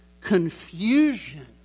confusion